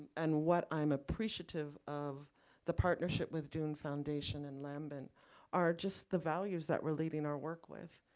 and what i'm appreciative of the partnership with doen foundation and lambent are just the values that we're leading our work with.